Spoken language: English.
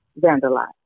vandalize